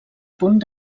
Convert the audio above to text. punt